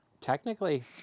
Technically